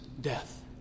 death